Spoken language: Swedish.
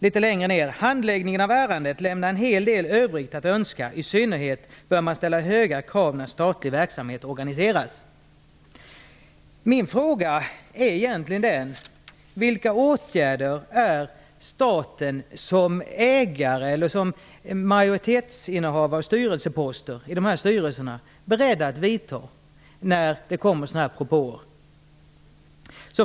Litet längre ner står det att handläggningen av ärendet lämnar en hel del övrigt att önska, i synnerhet bör man ställa höga krav när statlig verksamhet organiseras. Min fråga är egentligen vilka åtgärder som staten som ägare eller som innehavare av en majoritet av styrelseposterna i dessa styrelser är beredd att vidta när det kommer sådana här propåer.